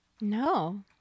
No